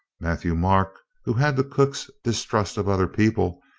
matthieu-marc, who had the cook's distrust of other people,